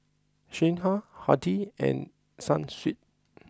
Singha Hardy's and Sunsweet